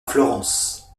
florence